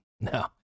No